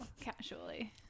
casually